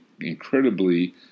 incredibly